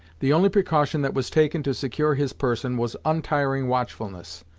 the only precaution that was taken to secure his person was untiring watchfulness,